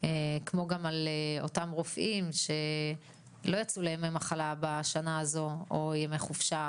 כמו גם על אותם רופאים שלא יצאו לימי מחלה בשנה הזו או לימי חופשה,